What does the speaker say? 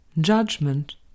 Judgment